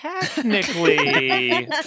technically